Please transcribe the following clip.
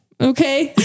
Okay